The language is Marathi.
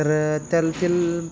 तर त्या ल